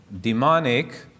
demonic